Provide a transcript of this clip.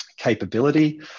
capability